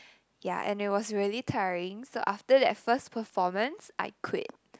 ya and it was really tiring so after that first performance I quit